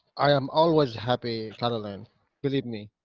i am always happy caroline, believe me.